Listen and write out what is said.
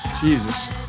Jesus